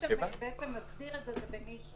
ובנישו הוא זה שמסדיר את זה.